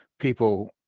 people